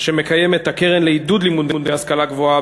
שמקיימת הקרן לעידוד לימודי השכלה גבוהה